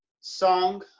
song